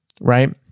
right